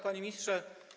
Panie Ministrze!